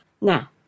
Now